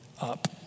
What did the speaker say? up